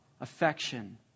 affection